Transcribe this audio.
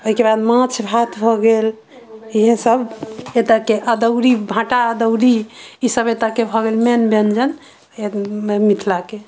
एहि के बाद माछ भात भऽ गेल इएह सभ एतऽ के अदौड़ी भाटा अदौड़ी ई सभ एतऽ के भऽ गेल मेन ब्यञ्जन एक मिथिला के